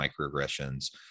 microaggressions